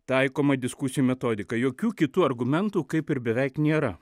taikoma diskusijų metodika jokių kitų argumentų kaip ir beveik nėra